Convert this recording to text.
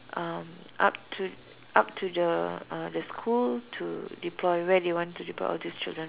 um up to up to the uh uh the school to deploy where they want to deploy all these children